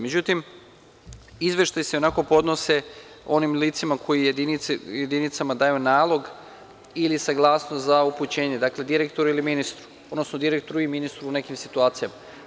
Međutim, izveštaji se i onako podnose onim licima koje jedinicama daju nalog ili saglasnost za upućenje, dakle direktoru ili ministru, odnosno direktoru i ministru u nekim situacijama.